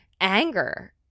anger